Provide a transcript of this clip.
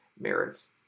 merits